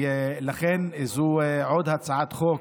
לכן זו עוד הצעת חוק